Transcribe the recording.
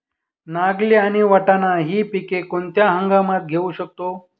नागली आणि वाटाणा हि पिके कोणत्या हंगामात घेऊ शकतो?